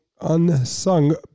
unsung